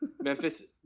Memphis